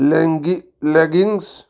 leg leggings